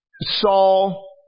Saul